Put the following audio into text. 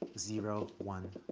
zero, one